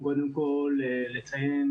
קטי, אני לא ראיתי.